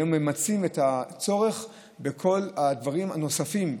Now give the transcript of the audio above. ממצים את הצורך בכל הדברים הנוספים.